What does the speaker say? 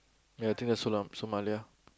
ya I think that's Sola~ Somalia